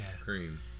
cream